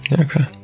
okay